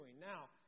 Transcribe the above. Now